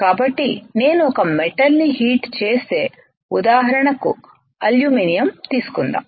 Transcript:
కాబట్టి నేను ఒక మెటల్ ని హీట్ చేస్తే ఉదాహరణ కు అల్యూమినియం తీసుకుందాం